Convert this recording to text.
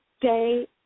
day